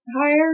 higher